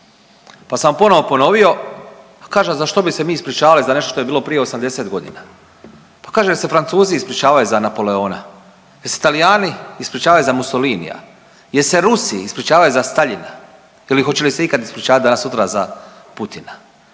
pa sam ponovo ponovio, pa kaže a za što bi se mi ispričavali za nešto što je bilo prije 80.g., pa kaže jel se Francuzi ispričavaju za Napoleona, jel se Talijani ispričavaju za Musolinija, jel se Rusi ispričavaju za Staljina ili hoće li se ikad ispričavat danas sutra za Putina,